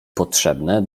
potrzebne